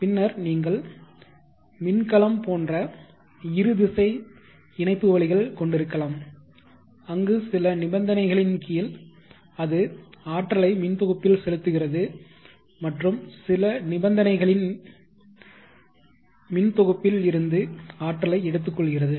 பின்னர் நீங்கள் மின்கலம் போன்ற இரு திசை இணைப்புவழிகள் கொண்டிருக்கலாம் அங்கு சில நிபந்தனைகளின் கீழ் அது ஆற்றலை மின் தொகுப்பில் செலுத்துகிறது மற்றும் சில நிபந்தனைகளின் மின் தொகுப்பில் இருந்து ஆற்றலை எடுத்துக்கொள்கிறது